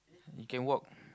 you can walk